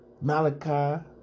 Malachi